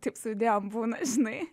taip su idėjom būna žinai